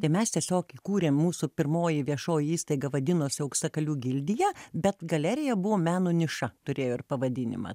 tai mes tiesiog įkūrėm mūsų pirmoji viešoji įstaiga vadinosi auksakalių gildija bet galerija buvo meno niša turėjo ir pavadinimą